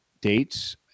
dates